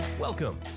Welcome